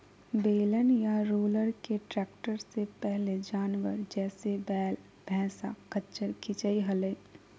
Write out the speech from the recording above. बेलन या रोलर के ट्रैक्टर से पहले जानवर, जैसे वैल, भैंसा, खच्चर खीचई हलई